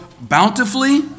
bountifully